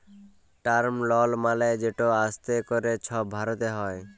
term লল মালে যেট আস্তে ক্যরে ছব ভরতে হ্যয়